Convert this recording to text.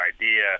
idea